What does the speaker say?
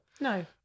No